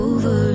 Over